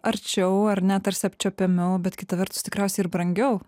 arčiau ar ne tarsi apčiuopiamiau bet kita vertus tikriausiai ir brangiau